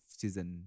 season